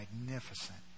magnificent